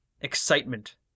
excitement